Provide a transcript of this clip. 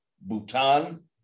Bhutan